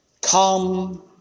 Come